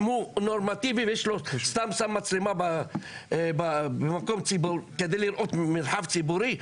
אם הוא נורמטיבי וסתם שם מצלמה במקום כדי לראות מרחב ציבורי.